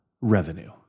revenue